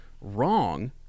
wrong